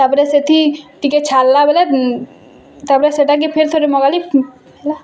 ତାପରେ ସେଥି ଟିକେ ଛାଡ଼୍ଲା ବେଲେ ତାପରେ ସେଟାକେ ଫିର୍ ଥରେ ମଗାଲି